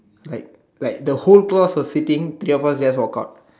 like like the whole class was sitting three of us just walk out